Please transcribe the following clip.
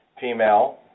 female